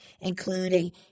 including